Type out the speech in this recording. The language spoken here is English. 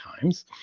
Times